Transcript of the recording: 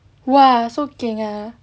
!wah! so ah